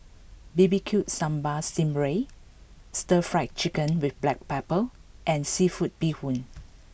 B B Q Sambal Sting Ray Stir Fry Chicken with Black Pepper and Seafood Bee Hoon